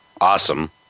awesome